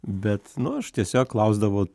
bet nu aš tiesiog klausdavau